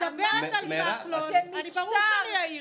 את מדברת על כחלון, אז ברור שאעיר לך.